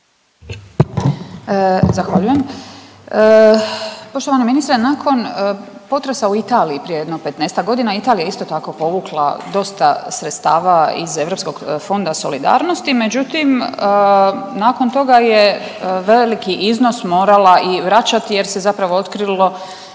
Zahvaljujem. Poštovani ministre, nakon potresa u Italiji prije jedno 15-ak godina, Italija je isto tako povukla dosta sredstava iz Europskog fonda solidarnosti, međutim nakon toga je veliki iznos morala i vraćati jer se zapravo otkrilo